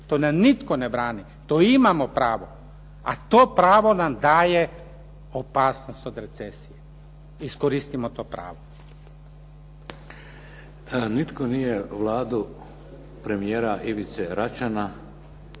to nam nitko ne brani, to imamo pravo, a to pravo nam daje opasnost od recesije. Iskoristimo to pravo. **Šeks, Vladimir (HDZ)** Nitko nije Vladu premijera Ivice Račana